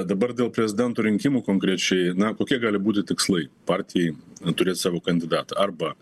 dabar dėl prezidento rinkimų konkrečiai na kokie gali būti tikslai partijai turėt savo kandidatą arba